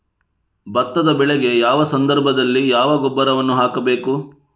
ಭತ್ತದ ಬೆಳೆಗೆ ಯಾವ ಸಂದರ್ಭದಲ್ಲಿ ಯಾವ ಗೊಬ್ಬರವನ್ನು ಹಾಕಬೇಕು?